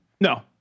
No